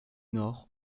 nord